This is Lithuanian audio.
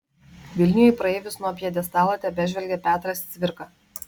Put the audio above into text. vilniuje į praeivius nuo pjedestalo tebežvelgia petras cvirka